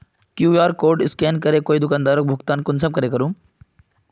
QR code scan करे कोई दुकानदारोक भुगतान कुंसम करे करूम?